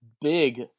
big